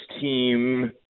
team